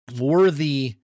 worthy